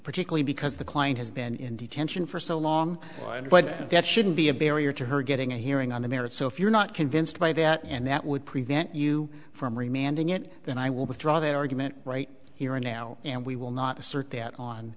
particularly because the client has been in detention for so long but that shouldn't be a barrier to her getting a hearing on the merits so if you're not convinced by that and that would prevent you from remanding it then i will withdraw that argument right here and now and we will not assert that on